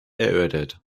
erörtert